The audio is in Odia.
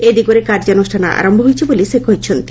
ଏ ଦିଗରେ କାର୍ଯ୍ୟାନୁଷ୍ଠାନ ଆରମ୍ଭ ହୋଇଛି ବୋଲି ସେ କହିଛନ୍ତି